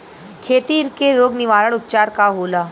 खेती के रोग निवारण उपचार का होला?